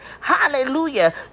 Hallelujah